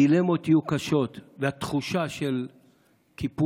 הדילמות יהיו קשות והתחושה של קיפוח,